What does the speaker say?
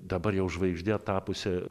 dabar jau žvaigžde tapusia